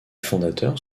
fondateurs